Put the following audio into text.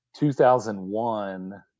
2001